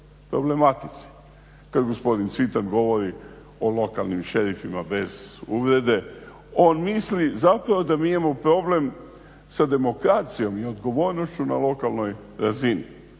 problematici. Kad gospodin Cvitan govori o lokalnim šerifima, bez uvrede, on misli zapravo da mi imamo problem sa demokracijom i odgovornošću na lokalnoj razini.